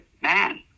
man